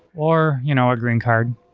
or you know a green card.